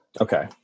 okay